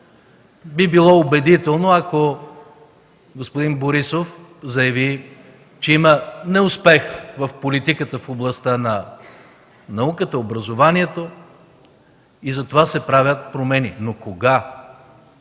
Би било убедително, ако господин Борисов заяви, че има неуспех в политиката в областта на науката, образованието и затова се правят промени, но кога